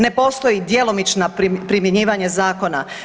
Ne postoji djelomično primjenjivanje zakona.